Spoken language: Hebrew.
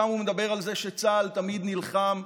הוא מדבר שם על זה שצה"ל תמיד נלחם.